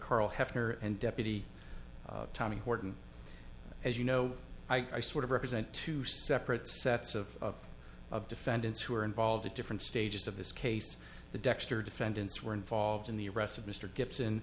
carl hefner and deputy tommy horton as you know i sort of represent two separate sets of of defendants who are involved at different stages of this case the dexter defendants were involved in the arrest of mr gibson